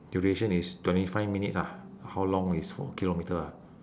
duration is twenty five minutes ah how long is four kilometre ah